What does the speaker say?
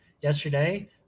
yesterday